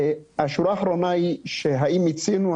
השורה התחתונה היא האם אחרי שמיצינו,